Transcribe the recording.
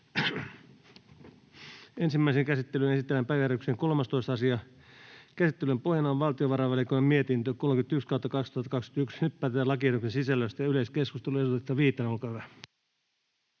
Ensimmäiseen käsittelyyn esitellään päiväjärjestyksen 13. asia. Käsittelyn pohjana on valtiovarainvaliokunnan mietintö VaVM 31/2021 vp. Nyt päätetään lakiehdotusten sisällöstä. — Yleiskeskustelu, edustaja Viitanen, olkaa hyvä.